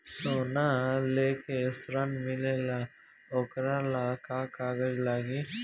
सोना लेके ऋण मिलेला वोकरा ला का कागज लागी?